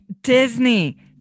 Disney